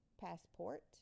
Passport